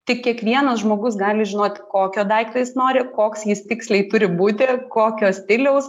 tik kiekvienas žmogus gali žinot kokio daikto jis nori koks jis tiksliai turi būti kokio stiliaus